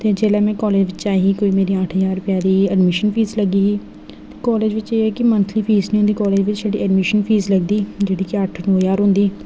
ते जेह्लै में कालेज बिच्च ही मेरा अट्ठ ज्हार रपआ एडमिशन फीस लग्गी ही कालेज बिच्च एह् ऐ कि मंथली फीस नीं होंदी कालेज च छड़ी एडमिशन फीस लगदी जेह्ड़ी कि अट्ठ नौ ज्हार होंदी